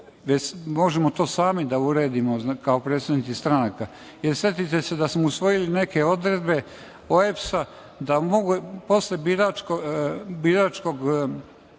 možemo to sami da uredimo, kao predstavnici stranaka. Setite se da smo usvojili neke odredbe OEBS-a da posle glasanja